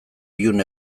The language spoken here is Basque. ilun